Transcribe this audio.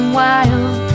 wild